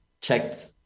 checked